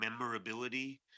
memorability